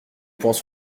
points